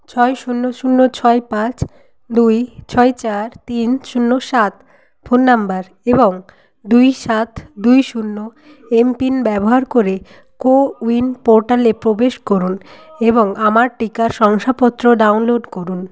ছয় শূন্য শূন্য ছয় পাঁচ দুই ছয় চার তিন শূন্য সাত ফোন নাম্বার এবং দুই সাত দুই শূন্য এমপিন ব্যবহার করে কোউইন পোর্টালে প্রবেশ করুন এবং আমার টিকা শংসাপত্র ডাউনলোড করুন